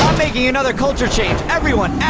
making another culture change everyone,